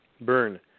burn